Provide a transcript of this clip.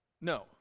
no